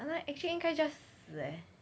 !hanna! actually 应该 just 死 eh